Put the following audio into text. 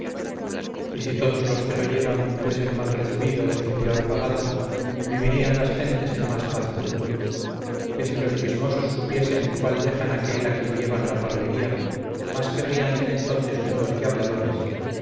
y si todos los que lo llevan fuesen mal recibidos y peor pagados vivirían las gentes en más paz y quietud que si los chismosos supiesen cuál dejan aquel a quien llevan la parlería mas querrían ser entonces mudos que habladores